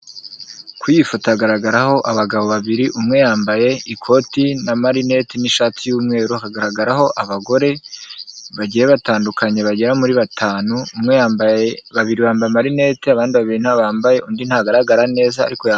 Ku iyi ifoto hagaragaraho abagabo babiri umwe yambaye ikoti n'amarinete n'ishati y'umweru, hagaragaraho abagore bagiye batandukanye bagera muri batanu, babiri bambaye amarinete abandi babiri ntayo bambaye, undi ntagaragara neza ariko yambaye..